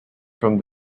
from